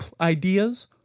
ideas